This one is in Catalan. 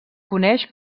coneix